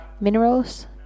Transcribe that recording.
Minerals